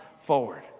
forward